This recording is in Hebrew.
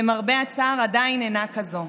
למרבה הצער, עדיין אינה כזאת.